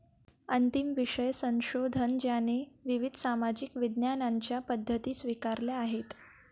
अंतिम विषय संशोधन ज्याने विविध सामाजिक विज्ञानांच्या पद्धती स्वीकारल्या आहेत